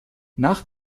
nach